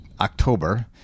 october